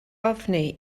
ofni